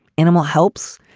animal helps.